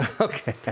Okay